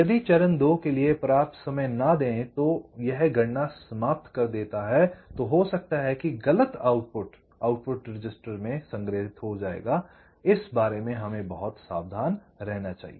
यदि चरण 2 के लिए पर्याप्त समय न दें तो यह गणना समाप्त कर देता है तो हो सकता है कि गलत आउटपुट आउटपुट रजिस्टर में संग्रहित हो जाएगा इस बारे में हमें बहुत सावधान रहना चाहिए